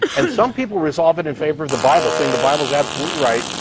and some people resolve it in favor of the bible. saying the bible is absolutely right,